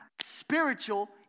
spiritual